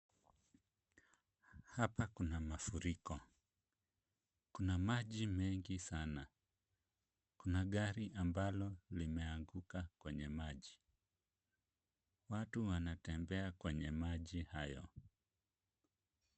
Hapa kuna mafuriko. Kuna maji mengi sana. Kuna gari ambalo limeanguka kwenye maji. Watu wanatembea kwenye maji hayo.